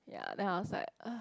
ya then I was like